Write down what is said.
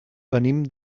venim